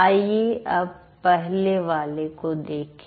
आइए अब पहले वाले को देखें